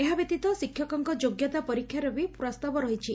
ଏହାବ୍ୟତୀତ ଶିକ୍ଷକଙ୍ ଯୋଗ୍ୟତା ପରୀକ୍ଷାର ବି ପ୍ରସ୍ତାବ ରହିଛି